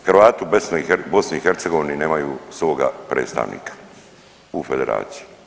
Hrvati u BiH nemaju svoga predstavnika u Federaciji.